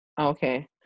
Okay